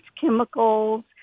chemicals